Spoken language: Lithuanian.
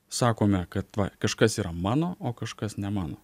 sakome kad va kažkas yra mano o kažkas ne mano